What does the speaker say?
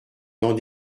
dans